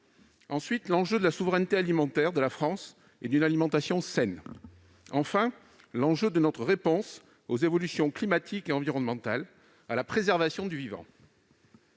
ensuite d'assurer la souveraineté alimentaire de la France et une alimentation saine. Il s'agit enfin de répondre aux évolutions climatiques et environnementales, à la préservation du vivant.